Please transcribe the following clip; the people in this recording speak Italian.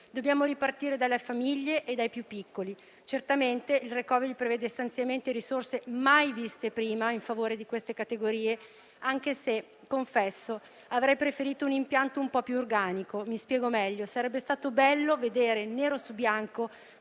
Dobbiamo ripartire dalle famiglie e dai più piccoli, certamente il *recovery* prevede stanziamenti e risorse mai viste prima in favore di queste categorie, anche se confesso che avrei preferito un impianto un po' più organico. Mi spiego meglio: sarebbe stato bello vedere nero su bianco,